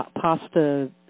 pasta